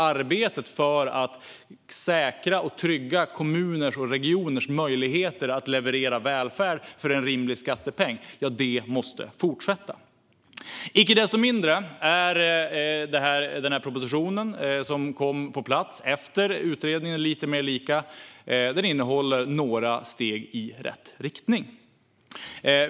Arbetet för att säkra och trygga kommuners och regioners möjligheter att leverera välfärd för en rimlig skattepeng måste fortsätta. Icke desto mindre innehåller propositionen, som kom på plats efter utredningen Lite mer lika , några steg i rätt riktning.